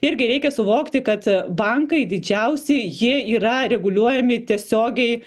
irgi reikia suvokti kad bankai didžiausi jie yra reguliuojami tiesiogiai